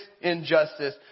injustice